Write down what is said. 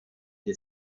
die